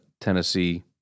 Tennessee